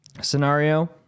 scenario